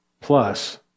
plus